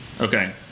Okay